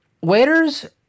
Waiters